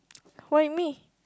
why me